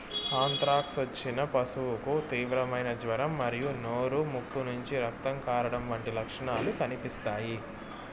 anthrax వచ్చిన పశువుకు తీవ్రమైన జ్వరం మరియు నోరు, ముక్కు నుంచి రక్తం కారడం వంటి లక్షణాలు కనిపిస్తాయి